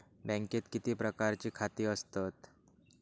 बँकेत किती प्रकारची खाती असतत?